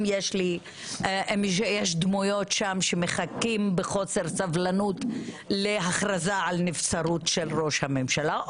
אם יש דמויות שם שמחכים בקוצר סבלנות להכרזה על נבצרות של ראש הממשלה,